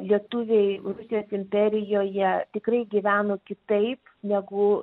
lietuviai rusijos imperijoje tikrai gyveno kitaip negu